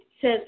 says